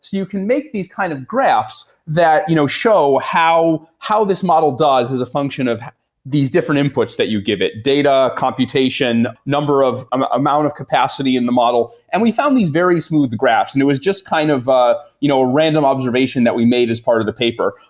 you can make these kind of graphs that you know show how how this model does is a function of these different inputs that you give it data, computation, number of ah amount of capacity in the model. and we found these very smooth graphs and it was just kind of a you know random observation that we made as part of the paper.